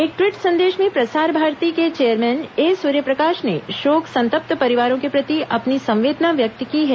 एक ट्वीट संदेश में प्रसार भारती के चेयरमैन ए सूर्यप्रकाश ने शोक संतप्त परिवारों के प्रति अपनी संवेदना व्यक्त की है